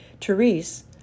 Therese